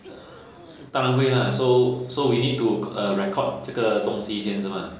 当然会 lah so so we need to uh record 这个东西是吗 mah